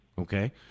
okay